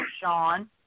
Sean